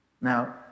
Now